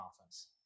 offense